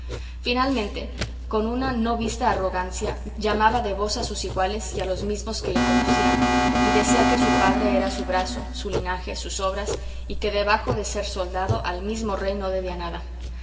finalmente con una no vista arrogancia llamaba de vos a sus iguales y a los mismos que le conocían y decía que su padre era su brazo su linaje sus obras y que debajo de ser soldado al mismo rey no debía nada